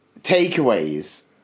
takeaways